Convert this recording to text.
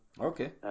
Okay